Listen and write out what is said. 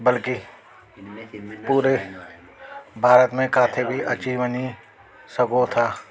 बल्कि पूरे भारत में किथे बि अची वञी सघो था